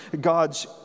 God's